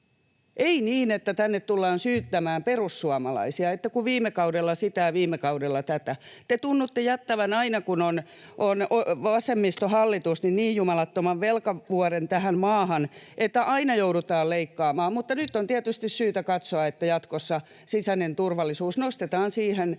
ei niin, että tänne tullaan syyttämään perussuomalaisia, että kun viime kaudella sitä ja viime kaudella tätä. Te tunnutte jättävän aina, kun on vasemmistohallitus, niin jumalattoman velkavuoren tähän maahan, että aina joudutaan leikkaamaan, mutta nyt on tietysti syytä katsoa, että jatkossa sisäinen turvallisuus nostetaan siihen